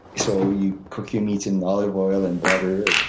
so you cook your meats in olive oil and butter,